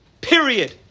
Period